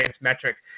metrics